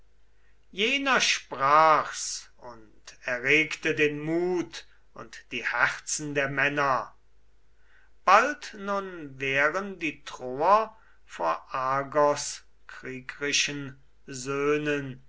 jener sprach's und erregte den mut und die herzen der männer bald nun wären die troer vor argos kriegrischen söhnen